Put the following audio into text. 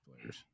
players